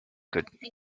could